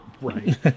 Right